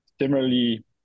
similarly